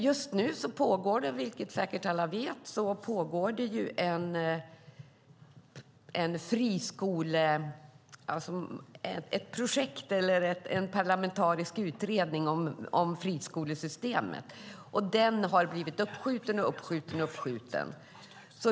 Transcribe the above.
Just nu pågår det, vilket säkert alla vet, en parlamentarisk utredning om friskolesystemet. Den har blivit uppskjuten, uppskjuten och uppskjuten.